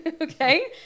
okay